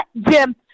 Jim